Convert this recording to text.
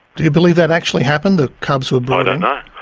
do you believe that actually happened, that cubs were brought in? i